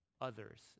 others